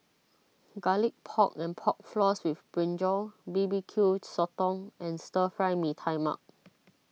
Garlic Pork and Pork Floss with Brinjal B B Q Sotong and Stir Fry Mee Tai Mak